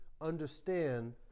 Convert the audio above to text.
understand